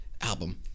album